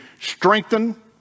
strengthen